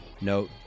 Note